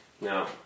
now